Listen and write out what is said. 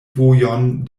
vojon